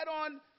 on